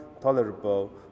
tolerable